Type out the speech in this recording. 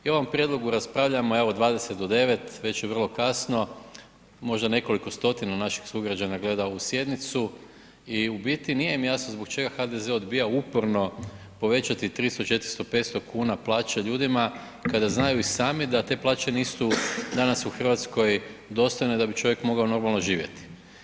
I o ovom prijedlogu raspravljamo evo, 20 do 9, već je vrlo kasno, možda nekoliko stotina naših sugrađana gleda ovu sjednicu i u biti nije im jasno zbog čega HDZ odbija uporno povećati 300, 400, 500 kn plaće ljudima kada znaju i sami da te plaće nisu danas u Hrvatskoj dostojne da bi čovjek mogao normalno živjeti.